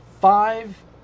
Five